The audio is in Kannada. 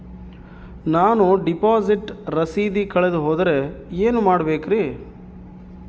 ನಾನು ಡಿಪಾಸಿಟ್ ರಸೇದಿ ಕಳೆದುಹೋದರೆ ಏನು ಮಾಡಬೇಕ್ರಿ?